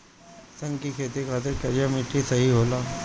सन के खेती खातिर करिया मिट्टी सही होला